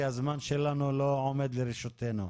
כי הזמן שלנו לא עומד לרשותנו.